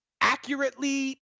accurately